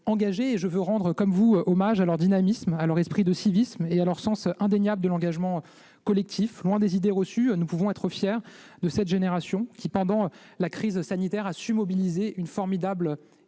engagée, et je veux, comme vous, rendre hommage à leur dynamisme, à leur civisme et à leur sens indéniable de l'engagement collectif. Loin des idées reçues, nous pouvons être fiers de cette génération qui, pendant la crise sanitaire, a su mobiliser une formidable